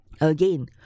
again